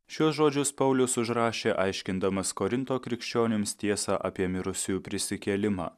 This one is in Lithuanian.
šiuos žodžius paulius užrašė aiškindamas korinto krikščionims tiesą apie mirusiųjų prisikėlimą